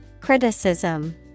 Criticism